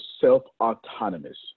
self-autonomous